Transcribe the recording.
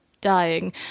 dying